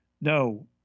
No